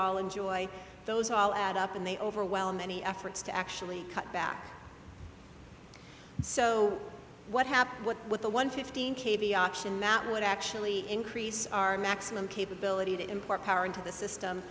all enjoy those all add up and they overwhelm any efforts to actually cut back so what happened with the one fifteen caveat action that would actually increase our maximum capability to import power into the system